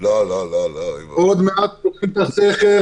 ואנחנו מתמודדים עם כל מה שאתם יכולים להעלות על דעתכם.